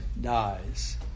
dies